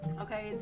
Okay